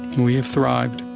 and we have thrived.